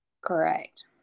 Correct